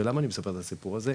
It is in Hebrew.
ולמה אני מספר את הסיפור הזה?